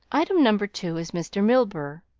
item number two is mr. milburgh,